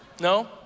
No